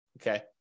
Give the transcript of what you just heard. Okay